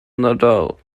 nadal